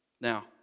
Now